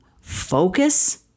focus